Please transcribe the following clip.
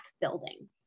building